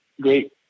great